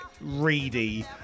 reedy